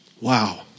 Wow